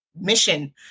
mission